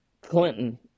Clinton